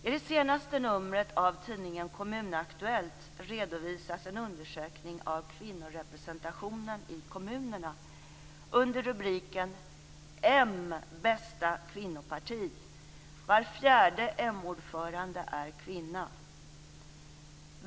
I det senaste numret av tidningen Kommun Aktuellt redovisas en undersökning av kvinnorepresentationen i kommunerna under rubriken "M bästa kvinnoparti, var fjärde m-ordförande är kvinna".